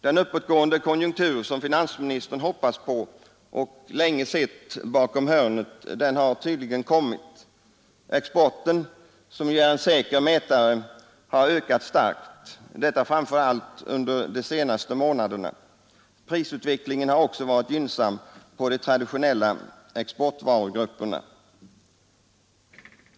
Den uppåtgående konjunktur som finansministern hoppats på och länge sett bakom hörnet har tydligen kommit. Exporten, som ju är en säker mätare, har ökat starkt, framför allt under de senaste månaderna. Prisutvecklingen har också varit gynnsam på de traditionella exportvarugrupperna.